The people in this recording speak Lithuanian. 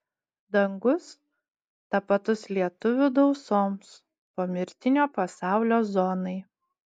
dangus tapatus lietuvių dausoms pomirtinio pasaulio zonai